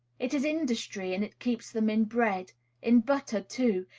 it is industry, and it keeps them in bread in butter, too,